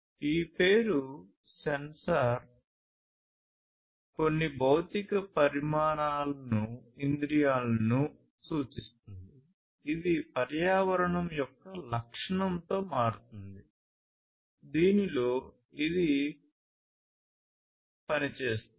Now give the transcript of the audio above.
ఈ పేరు సెన్సార్ కొన్ని భౌతిక పరిమాణాలను ఇంద్రియాలను సూచిస్తుంది ఇది పర్యావరణం యొక్క లక్షణంతో మారుతుంది దీనిలో ఇది పనిచేస్తుంది